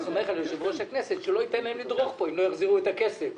סומך על יושב-ראש הכנסת שלא ייתן להם לדרוך פה אם לא יחזירו את הכסף.